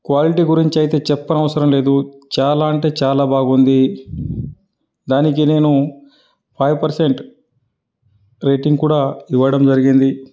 quality గురించి అయితే చెప్పనవసరం లేదు చాలా అంటే చాలా బాగుంది దానికి నేను ఫైవ్ పర్సెంట్ రేటింగ్ కూడా ఇవ్వడం జరిగింది